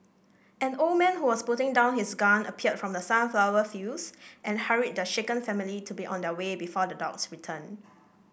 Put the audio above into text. an old man who was putting down his gun appeared from the sunflower fields and hurried the shaken family to be on their way before the dogs return